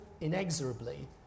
inexorably